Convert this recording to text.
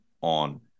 on